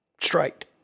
straight